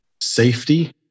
safety